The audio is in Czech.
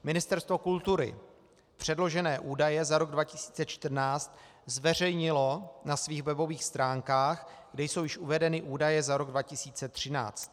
Ministerstvo kultury předložené údaje za rok 2014 zveřejnilo na svých webových stránkách, kde jsou již uvedeny údaje za rok 2013.